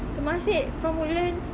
temasek from woodlands